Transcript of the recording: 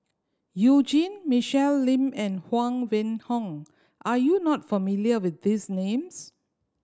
You Jin Michelle Lim and Huang Wenhong are you not familiar with these names